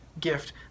gift